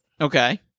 Okay